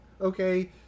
okay